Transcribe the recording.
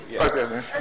Okay